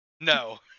No